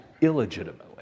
illegitimately